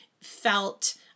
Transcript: felt